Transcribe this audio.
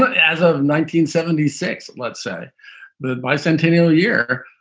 ah as of nineteen seventy six, let's say the bicentennial year,